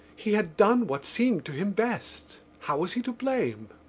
he had done what seemed to him best. how was he to blame?